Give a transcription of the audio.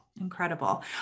Incredible